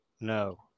no